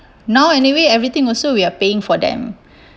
now anyway everything also we are paying for them